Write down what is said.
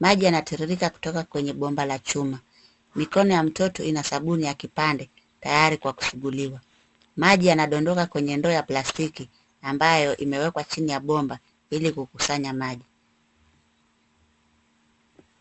Maji yanatiririka kutoka kwenye bomba la chuma. Mikono ya mtoto ina sabuni ya kipande tayari Kwa kusuguliwa. Maji yanadondoka kwenye ndoo ya plastiki ambayo imewekwa chini ya bomba ili kukusanya maji.